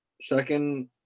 second